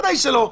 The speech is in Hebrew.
ודאי שלא.